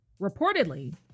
Reportedly